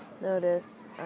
notice